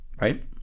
right